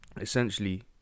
essentially